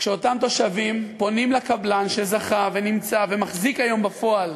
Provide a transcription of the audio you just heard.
כשאותם תושבים פונים לקבלן שזכה ונמצא ומחזיק היום בפועל